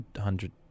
hundred